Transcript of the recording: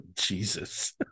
Jesus